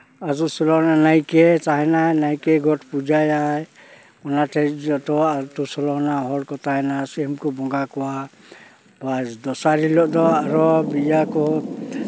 ᱟᱛᱳ ᱥᱳᱞᱳ ᱟᱱᱟ ᱱᱟᱭᱠᱮ ᱛᱟᱦᱮᱱᱟᱭ ᱱᱟᱭᱠᱮ ᱜᱚᱴ ᱯᱩᱡᱟᱹᱭᱟᱭ ᱚᱱᱟᱛᱮ ᱡᱚᱛᱚᱣᱟᱜ ᱟᱛᱳ ᱥᱳᱞᱳ ᱟᱱᱟ ᱦᱚᱲ ᱠᱚ ᱛᱟᱦᱮᱱᱟ ᱥᱤᱢ ᱠᱚ ᱵᱚᱸᱜᱟ ᱠᱚᱣᱟ ᱫᱚᱥᱟᱨ ᱦᱤᱞᱳᱜ ᱟᱨᱚ ᱵᱮᱡᱷᱟ ᱠᱚ